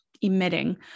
emitting